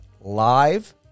live